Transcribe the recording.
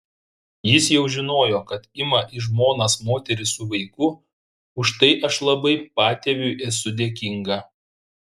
jis jau žinojo kad ima į žmonas moterį su vaiku už tai aš labai patėviui esu dėkinga